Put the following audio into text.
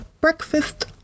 breakfast